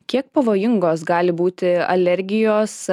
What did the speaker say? kiek pavojingos gali būti alergijos